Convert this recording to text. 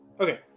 Okay